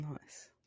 nice